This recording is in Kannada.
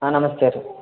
ಹಾಂ ನಮಸ್ತೆ ರೀ